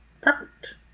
Perfect